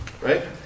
right